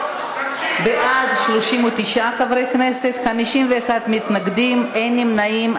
בעד, 39 חברי כנסת, 51 מתנגדים, אין נמנעים.